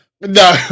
No